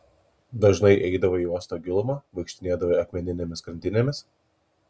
dažnai eidavai į uosto gilumą vaikštinėdavai akmeninėmis krantinėmis